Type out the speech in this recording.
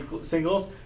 singles